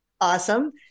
Awesome